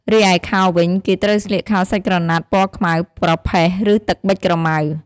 រីឯខោវិញ គេត្រូវស្លៀកខោសាច់ក្រណាត់ពណ៌ខ្មៅ ប្រផេះ ឬ ទឹកប៊ិចក្រមៅ។